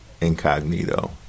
incognito